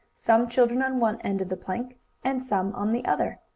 some children on one end of the plank and some on the other.